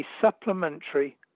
supplementary